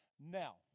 now